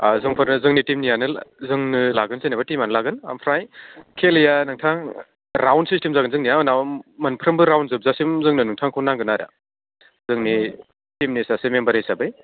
आह जोंफोरनो जोंनि टिमनियानो जोंनो लागोन जेनेबा टिमानो लागोन ओमफ्राय खेलाया नोंथां राउन्द सिस्टेम जागोन जोंनिया ना मोनफ्रोमबो राउन्द जोबजासिम जोंनो नोंथांखौ नांगोन आरो जोंनि टिमनि सासे मेम्बार हिसाबै